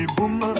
Boom